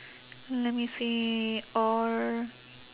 let me see or